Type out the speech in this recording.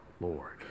Lord